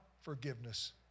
forgiveness